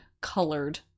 colored